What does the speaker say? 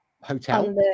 hotel